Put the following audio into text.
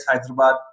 Hyderabad